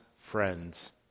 friends